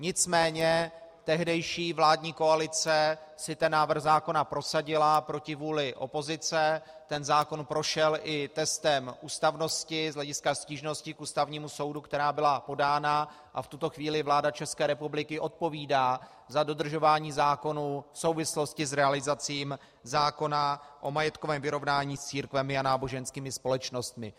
Nicméně tehdejší vládní koalice si ten návrh zákona prosadila proti vůli opozice, ten zákon prošel i testem ústavnosti z hlediska stížnosti k Ústavnímu soudu, která byla podána, a v tuto chvíli vláda České republiky odpovídá za dodržování zákonů v souvislosti s realizací zákona o majetkovém vyrovnání s církvemi a náboženskými společnostmi.